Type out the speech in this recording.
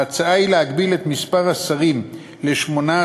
ההצעה היא להגביל את מספר השרים ל-18,